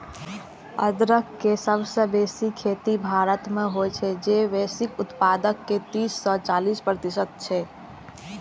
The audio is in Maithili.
अदरक के सबसं बेसी खेती भारत मे होइ छै, जे वैश्विक उत्पादन के तीस सं चालीस प्रतिशत छै